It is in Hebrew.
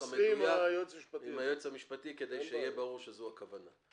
המדויק עם היועץ המשפטי כדי שיהיה ברור שזו הכוונה.